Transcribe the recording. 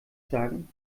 sagen